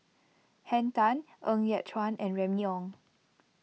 Henn Tan Ng Yat Chuan and Remy Ong